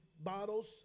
bottles